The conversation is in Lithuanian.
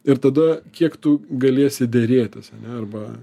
ir tada kiek tu galėsi derėtis arba